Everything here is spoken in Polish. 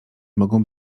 mogą